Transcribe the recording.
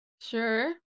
sure